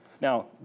Now